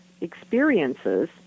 experiences